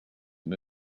and